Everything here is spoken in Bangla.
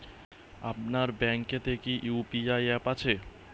আপনার ব্যাঙ্ক এ তে কি ইউ.পি.আই অ্যাপ আছে?